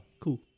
cool